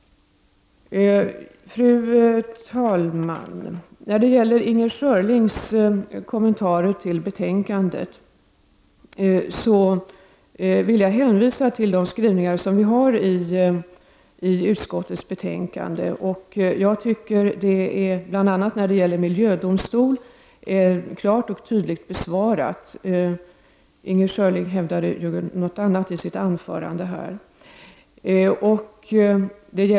Fru talman! När det gäller Inger Schörlings kommentarer till betänkandet vill jag hänvisa till de skrivningar som finns i utskottets betänkande. Frågan om bl.a. en miljödomstol är klart och tydligt besvarad. Inger Schörling hävdade ju någonting annat i sitt anförande.